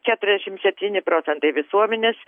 keturiasdešim septyni procentai visuomenės